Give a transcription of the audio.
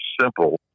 simple